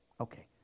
Okay